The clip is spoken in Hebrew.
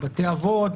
בתי אבות,